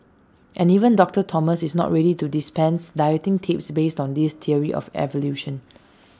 and even doctor Thomas is not ready to dispense dieting tips based on this theory of evolution